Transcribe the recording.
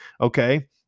Okay